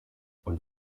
und